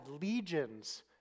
legions